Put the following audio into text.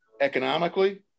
economically